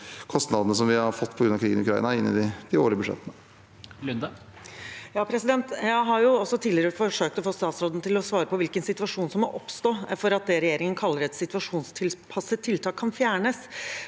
kostnadene som vi har fått på grunn av krigen i Ukraina, i de årlige budsjettene. Heidi Nordby Lunde (H) Jeg har også tidligere forsøkt å få statsråden til å svare på hvilken situasjon som må oppstå for at det regjeringen kaller et situasjonstilpasset tiltak, kan fjernes.